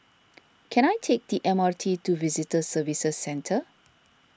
can I take the M R T to Visitor Services Centre